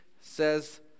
says